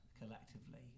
collectively